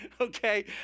Okay